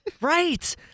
right